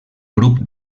grup